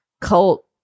cult